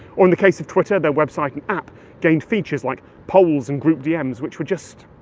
or, in the case of twitter, their website and app gained features like polls and group dms which were just,